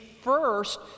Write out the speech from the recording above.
first